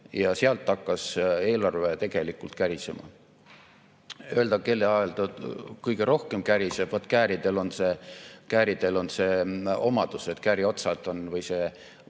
ja sealt hakkas eelarve tegelikult kärisema. Öelda, kelle ajal see kõige rohkem käriseb … Vaat kääridel on see omadus, et kääri otsad on … Või